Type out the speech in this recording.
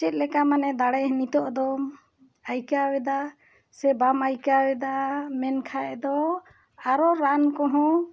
ᱪᱮᱫ ᱞᱮᱠᱟ ᱢᱟᱱᱮ ᱫᱟᱲᱮ ᱱᱤᱛᱳᱜ ᱫᱚᱢ ᱟᱹᱭᱠᱟᱹᱣᱮᱫᱟ ᱥᱮ ᱵᱟᱢ ᱟᱭᱠᱟᱹᱣᱮᱫᱟ ᱢᱮᱱᱠᱷᱟᱱ ᱫᱚ ᱟᱨᱚ ᱨᱟᱱ ᱠᱚᱦᱚᱸ